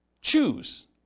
choose